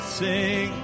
sing